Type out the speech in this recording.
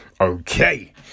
Okay